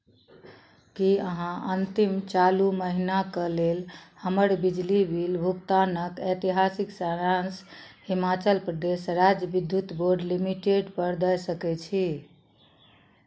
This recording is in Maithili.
की अहाँ अन्तिम चालू महिनाक लेल हमर बिजली बिल भुगतानक ऐतिहासिक सारांश हिमाचल प्रदेश राज्य विद्युत बोर्ड लिमिटेडपर दऽ सकैत छी